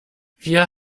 wir